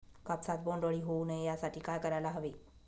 कापसात बोंडअळी होऊ नये यासाठी काय करायला हवे?